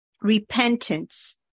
repentance